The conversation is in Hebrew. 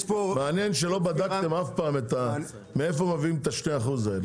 מעניין שלא בדקתם אף פעם מאיפה מביאים את שני האחוז האלה,